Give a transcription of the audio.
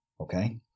Okay